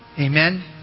Amen